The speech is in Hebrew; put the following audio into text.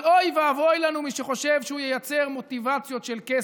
אבל אוי ואבוי לנו מי שחושב שהוא ייצר מוטיבציות של כסף.